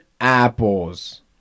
Apples